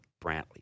Brantley